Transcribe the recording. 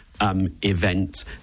event